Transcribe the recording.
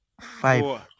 Five